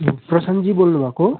प्रशान्तजी बोल्नुभएको